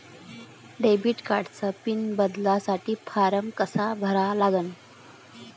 Debit कार्डचा pin बदलासाठी फारम कसा भरा लागन?